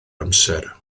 amser